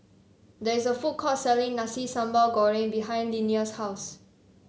there is a food court selling Nasi Sambal Goreng behind Linnea's house